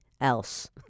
else